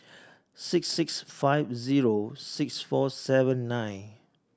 six six five zero six four seven nine